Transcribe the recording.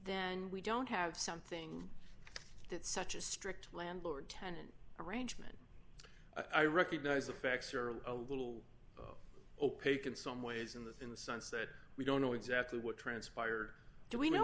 then we don't have something that such a strict landlord tenant arrangement i recognize the facts are a little opaque in some ways in that in the sense that we don't know exactly what transpired do we know